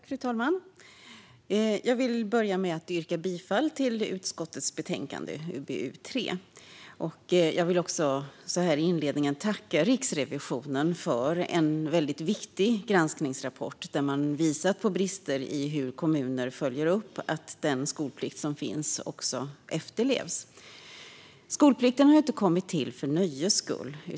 Fru talman! Jag vill börja med att yrka bifall till utskottets förslag i betänkande UbU3. Jag vill också så här i inledningen tacka Riksrevisionen för en viktig granskningsrapport där man har visat på brister i hur kommuner följer upp att den skolplikt som finns också efterlevs. Skolplikten har inte kommit till för nöjes skull.